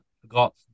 forgot